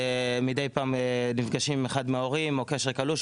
מידי פעם נפגשים עם אחד מההורים או קשר קלוש,